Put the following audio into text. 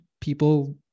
people